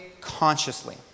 consciously